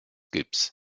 gips